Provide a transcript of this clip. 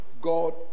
God